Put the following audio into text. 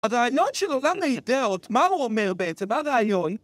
הרעיונות של עולם האידאות, מה הוא אומר בעצם, מה הרעיון?